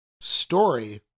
story